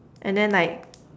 and then like